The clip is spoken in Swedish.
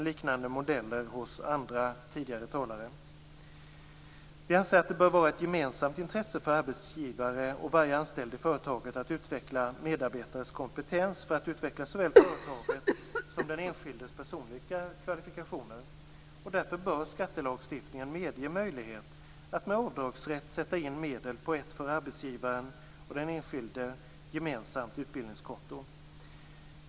Liknande modeller har funnits hos tidigare talare. Vi har sagt att det bör vara ett gemensamt intresse för arbetsgivare och varje anställd på företaget att utveckla medarbetares kompetens för att utveckla såväl företaget som den enskildes personliga kvalifikationer. Därför bör skattelagstiftningen medge möjlighet att med avdragsrätt sätta in medel på ett för arbetsgivaren och den enskilde gemensamt utbildningskonto.